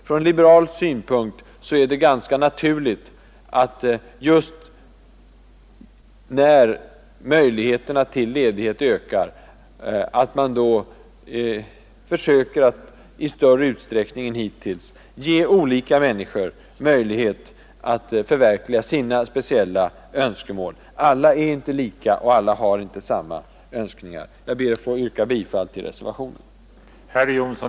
Från liberal synpunkt är det ganska naturligt att man försöker, när utrymmet för ledighet ökar, att i större utsträckning än hittills ge olika människor möjlighet att förverkliga sina speciella önskemål. Alla är inte lika, och alla har inte samma Önskningar. Jag ber att få yrka bifall till reservationen.